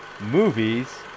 Movies